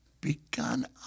begun